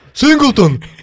Singleton